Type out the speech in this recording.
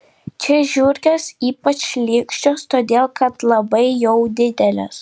čia žiurkės ypač šlykščios todėl kad labai jau didelės